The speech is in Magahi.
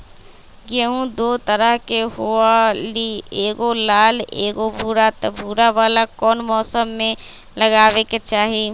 गेंहू दो तरह के होअ ली एगो लाल एगो भूरा त भूरा वाला कौन मौसम मे लगाबे के चाहि?